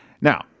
Now